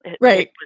Right